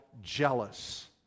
jealous